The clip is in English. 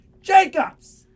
Jacobs